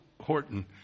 Horton